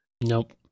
Nope